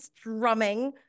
Drumming